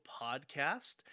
podcast